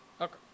Okay